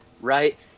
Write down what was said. right